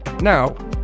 Now